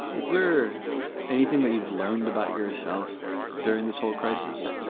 there anything that you've learned about yourself during this whole crisis?